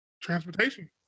Transportation